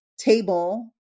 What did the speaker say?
table